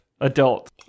Adult